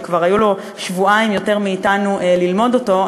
שכבר היו לו שבועיים יותר מאשר לנו ללמוד אותו,